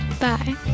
Bye